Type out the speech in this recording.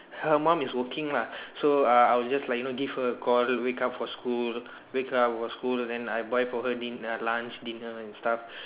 her mum is working lah so err I will just like you know give her a call wake up for school wake her up for school then I buy for her dinner lunch dinner and stuff